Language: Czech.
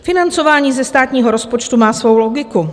Financování ze státního rozpočtu má svou logiku.